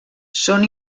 són